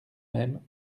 même